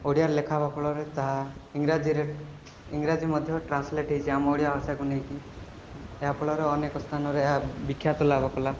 ଓଡ଼ିଆରେ ଲେଖା ହେବା ଫଳରେ ତାହା ଇଂରାଜୀରେ ଇଂରାଜୀ ମଧ୍ୟ ଟ୍ରାନ୍ସଲେଟ୍ ହେଇଛି ଆମ ଓଡ଼ିଆ ଭାଷାକୁ ନେଇକି ଏହାଫଳର ଅନେକ ସ୍ଥାନରେ ଏହା ବିଖ୍ୟାତ ଲାଭ କଲା